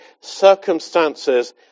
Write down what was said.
circumstances